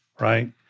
right